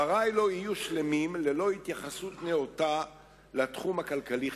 דברי לא יהיו שלמים ללא התייחסות נאותה לתחום הכלכלי-חברתי.